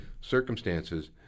circumstances